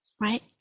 right